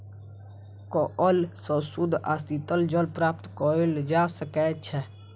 कअल सॅ शुद्ध आ शीतल जल प्राप्त कएल जा सकै छै